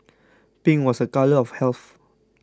pink was the colour of health